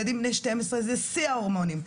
ילדים בני 12, זה שיא ההורמונים.